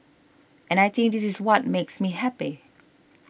and I think this is what makes me happy